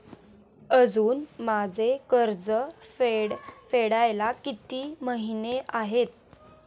अजुन माझे कर्ज फेडायला किती महिने आहेत?